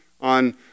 on